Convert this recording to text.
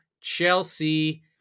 Chelsea